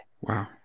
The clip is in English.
Wow